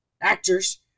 Actors